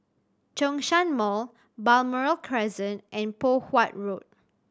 Zhongshan Mall Balmoral Crescent and Poh Huat Road